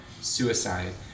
suicide